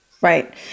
Right